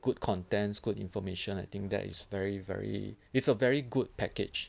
good contents good information I think that is very very it's a very good package